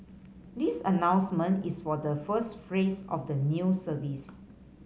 this announcement is for the first phrase of the new service